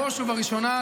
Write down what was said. בראש ובראשונה,